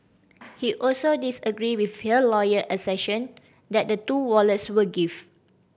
he also disagreed with her lawyer assertion that the two wallets were gift